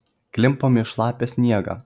klimpom į šlapią sniegą